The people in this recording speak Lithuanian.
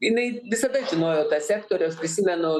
jinai visada žinojo tą sektorių aš prisimenu